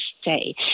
stay